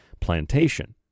plantation